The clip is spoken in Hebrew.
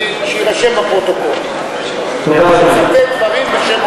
שיירשם בפרוטוקול, אני מצטט דברים בשם אומרם.